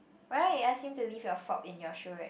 right I ask him to leave your flop in your shoe rack